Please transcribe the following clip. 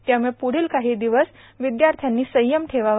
त्यामुळे प्ढील काही दिवस विद्यार्थ्यांनी संयम ठेवावा